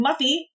Muffy